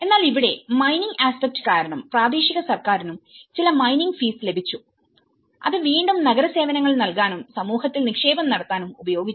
എന്നാൽ ഇവിടെമൈനിങ്ങ് ആസ്പെക്ട്കാരണം പ്രാദേശിക സർക്കാരിനും ചില മൈനിംഗ് ഫീസ് ലഭിച്ചു അത് വീണ്ടും നഗര സേവനങ്ങൾ നൽകാനും സമൂഹത്തിൽ നിക്ഷേപം നടത്താനും ഉപയോഗിച്ചു